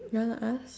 you wanna ask